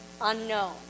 unknown